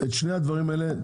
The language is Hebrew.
התוכנה.